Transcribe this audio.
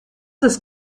ist